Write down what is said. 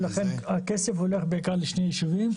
ולכן הכסף הולך בעיקר לשני יישובים: